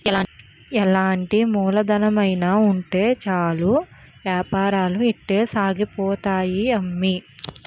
ఎలాంటి మూలధనమైన ఉంటే సాలు ఏపారాలు ఇట్టే సాగిపోతాయి అమ్మి